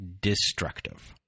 destructive